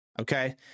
Okay